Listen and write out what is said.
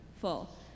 full